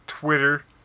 twitter